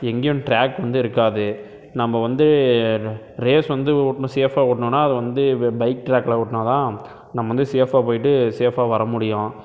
எங்கேயும் ட்ராக் வந்து இருக்காது நம்ம வந்து ரேஸ் வந்து ரொம்ப சேஃப்பாக ஓட்டணும்னா அது வந்து பைக் ட்ராக்கில் ஓட்டினா தான் நம்ம வந்து சேஃப்பாக போய்விட்டு சேஃப்பாக வர முடியும்